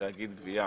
גבייה